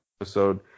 episode